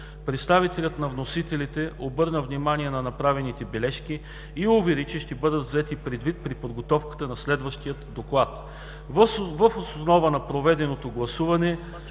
Представителят на вносителите обърна внимание на направените бележки и увери, че ще бъдат взети предвид при подготовката на следващия доклад. Въз основа на проведеното гласуване